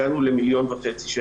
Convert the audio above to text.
הגענו ל-1.5 מיליון שקל.